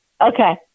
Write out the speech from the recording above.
Okay